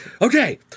okay